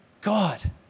God